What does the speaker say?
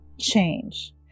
Change